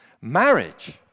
Marriage